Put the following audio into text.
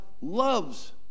loves